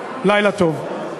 לילה טוב.